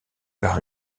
par